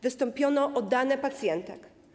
Wystąpiono o dane pacjenta.